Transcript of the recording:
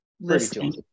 listening